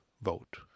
vote